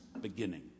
beginning